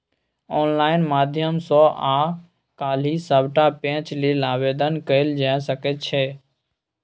online माध्यम सँ आय काल्हि सभटा पैंच लेल आवेदन कएल जाए सकैत छै